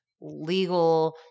legal